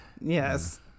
yes